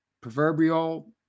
proverbial